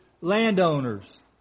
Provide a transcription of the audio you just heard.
landowners